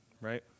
right